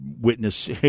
witness